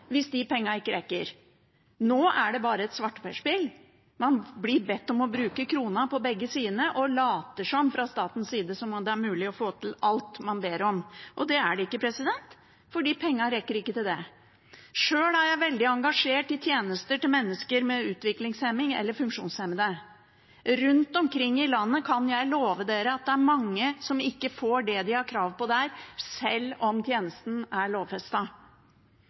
hvis de pengene ikke rekker. Nå er det bare et svarteperspill. Man blir bedt om å bruke krona på begge sidene og later som, fra statens side, at det er mulig å få til alt man ber om. Det er det ikke, for pengene rekker ikke til det. Sjøl er jeg veldig engasjert i tjenester til mennesker med utviklingshemning eller funksjonshemmede. Jeg kan love dere at rundt omkring i landet er det mange som ikke får det de har krav på, sjøl om tjenesten er